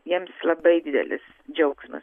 jiems labai didelis džiaugsmas